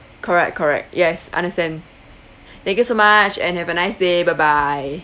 correct correct yes understand thank you so much and have a nice day bye bye